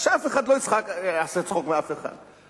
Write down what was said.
שאף אחד לא יעשה צחוק מאף אחד.